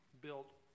built